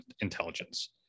intelligence